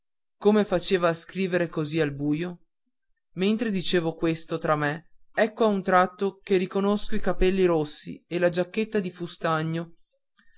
come faceva a scrivere così al buio mentre dicevo questo tra me ecco a un tratto che riconosco i capelli rossi e la giacchetta di frustagno